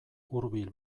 hurbil